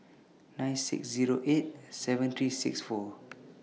nine six Zero eight seven three six four